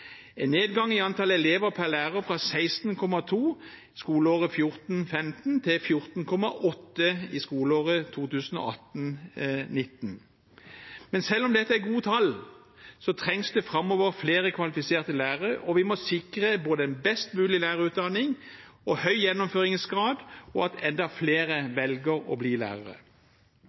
en nedgang i antall elever per lærer fra 16,2 i skoleåret 2014/2015 til 14,8 i skoleåret 2018/2019. Men selv om dette er gode tall, trengs det flere kvalifiserte lærere framover. Vi må sikre både en best mulig lærerutdanning og en høy gjennomføringsgrad og at enda flere velger å bli